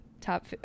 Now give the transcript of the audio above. top